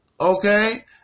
okay